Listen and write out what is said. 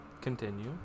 Continue